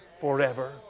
forever